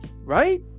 right